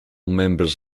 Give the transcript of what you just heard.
members